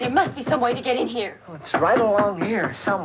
it must be some way to get in here with right along here so